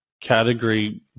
category